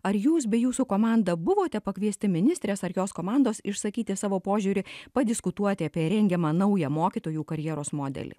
ar jūs bei jūsų komanda buvote pakviesti ministrės ar jos komandos išsakyti savo požiūrį padiskutuoti apie rengiamą naują mokytojų karjeros modelį